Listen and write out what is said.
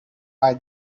are